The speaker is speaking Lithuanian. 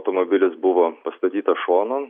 automobilis buvo pastatytas šonu